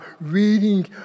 reading